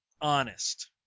honest